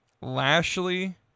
Lashley